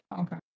Okay